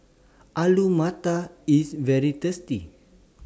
Alu Matar IS very tasty